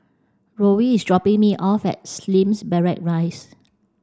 Roel is dropping me off at Slim Barracks Rise